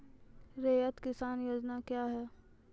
रैयत किसान योजना क्या हैं?